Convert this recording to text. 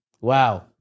Wow